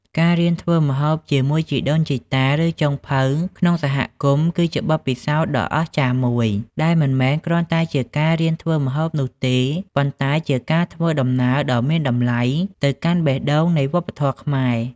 ការរៀនធ្វើម្ហូបជាមួយជីដូនជីតា ឬចុងភៅក្នុងសហគមន៍គឺជាបទពិសោធន៍ដ៏អស្ចារ្យមួយ ដែលមិនមែនគ្រាន់តែជាការរៀនធ្វើម្ហូបនោះទេ ប៉ុន្តែជាការធ្វើដំណើរដ៏មានតម្លៃទៅកាន់បេះដូងនៃវប្បធម៌ខ្មែរ។